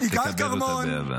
תקבל אותה באהבה.